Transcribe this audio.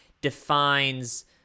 defines